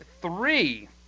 three